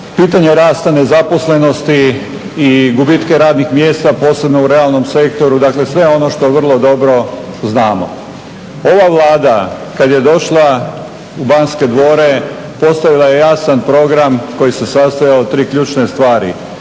pitanje rasta nezaposlenosti i gubitke radnih mjesta posebno u realnom sektoru, dakle sve ono što vrlo dobro znamo. Ova Vlada kada je došla u Banske dvore postavila je jasan program koji se sastojao od tri ključne stvari.